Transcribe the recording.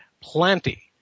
plenty